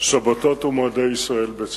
שבתות ומועדי ישראל בצה"ל.